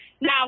Now